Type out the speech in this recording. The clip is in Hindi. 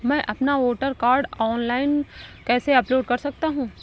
मैं अपना वोटर कार्ड ऑनलाइन कैसे अपलोड कर सकता हूँ?